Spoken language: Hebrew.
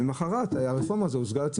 ולמחרת הרפורמה הזאת הוצגה.